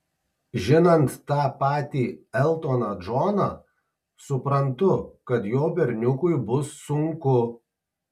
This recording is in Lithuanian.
žinant tą patį eltoną džoną suprantu kad jo berniukui bus sunku